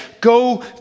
Go